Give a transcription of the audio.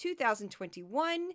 2021